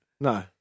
No